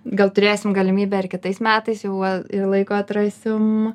gal turėsim galimybę ir kitais metais jau ir laiko atrasim